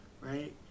right